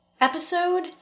episode